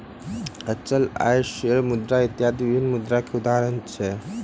अचल आय, शेयर मुद्रा इत्यादि विभिन्न मुद्रा के उदाहरण अछि